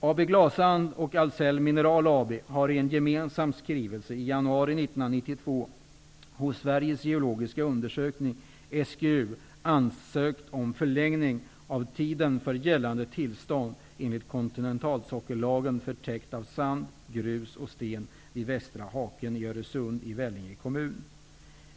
AB Glassand och Ahlsell Mineral AB har i en gemensam skrivelse i januari 1992 hos Sveriges geologiska undersökning ansökt om förlängning av tiden för gällande tillstånd enligt kontinentalsockellagen för täkt av sand, grus och sten vid Västra Haken i Öresund i Vellinge kommun.